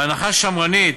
בהנחה שמרנית,